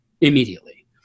immediately